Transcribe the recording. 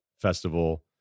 festival